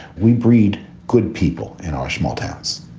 we breed good people in our small towns.